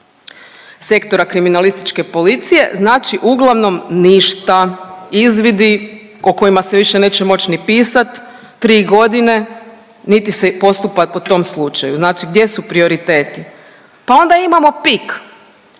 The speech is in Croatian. Sektora kriminalističke policije, znači uglavnom ništa. Izvidi o kojima se više neće moći ni pisati, tri godine niti se postupa po tom slučaju. Znači gdje su prioriteti? Pa onda imamo PIK,